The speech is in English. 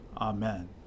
Amen